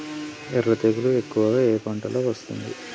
ఎర్ర తెగులు ఎక్కువగా ఏ పంటలో వస్తుంది?